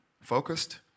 focused